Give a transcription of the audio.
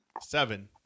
Seven